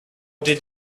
did